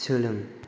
सोलों